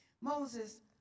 Moses